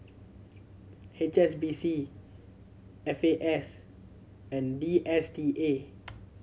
H S B C F A S and D S T A